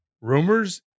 rumors